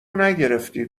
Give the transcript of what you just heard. نگرفتی